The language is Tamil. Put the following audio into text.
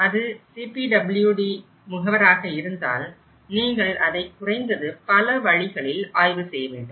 அது CPWD முகவராக இருந்தால் நீங்கள் அதை குறைந்தது பல வழிகளில் பெற்று ஆய்வு செய்ய வேண்டும்